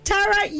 Tara